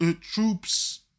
troops